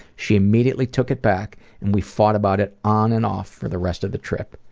she immediately took it back and we fought about it on and off for the rest of the trip.